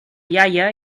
iaia